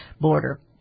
border